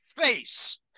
face